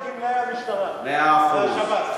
לגמלאי המשטרה והשב"ס.